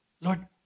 Lord